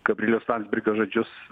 kablelius tam pirko žodžius